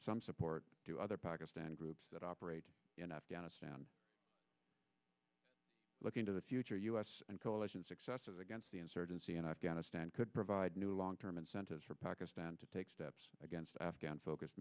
some support to other pakistan groups that operate in afghanistan looking to the future u s and coalition successes against the insurgency in afghanistan could provide new long term incentives for pakistan to take steps against afghan focused